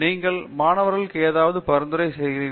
எனவே நீங்கள் மாணவர் ஏதாவது பரிந்துரை செய்கிறீர்கள்